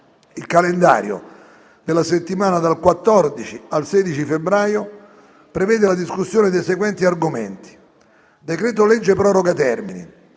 Il calendario della settimana dal 14 al 16 febbraio prevede la discussione dei seguenti argomenti: decreto-legge proroga termini;